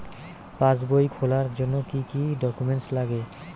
পাসবই খোলার জন্য কি কি ডকুমেন্টস লাগে?